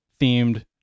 themed